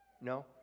No